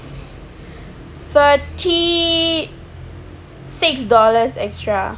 thirty six dollars extra